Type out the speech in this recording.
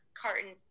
carton